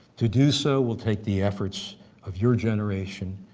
to do so will take the efforts of your generation,